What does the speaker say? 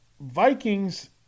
Vikings